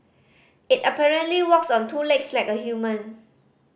it apparently walks on two legs like a human